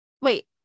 Wait